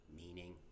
meaning